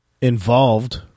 involved